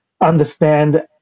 understand